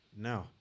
now